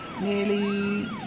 nearly